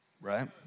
Right